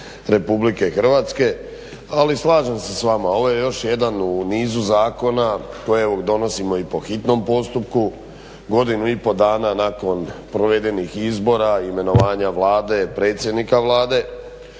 nezaposleni građani RH. Ali, slažem se s vama ovo je još jedan u nizu zakona koje evo donosimo i po hitnom postupku godinu i pol dana nakon provedenih izbora i imenovanja Vlade, predsjednika Vlade.